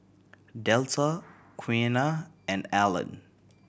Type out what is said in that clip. Delta Quiana and Allen